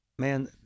Man